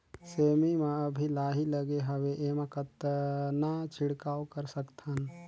सेमी म अभी लाही लगे हवे एमा कतना छिड़काव कर सकथन?